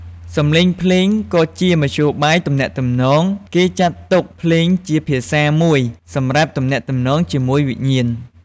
សម្លេងភ្លេងក៏ជាមធ្យោបាយទំនាក់ទំនង គេចាត់ទុកភ្លេងជាភាសាមួយសម្រាប់ទំនាក់ទំនងជាមួយវិញ្ញាណ។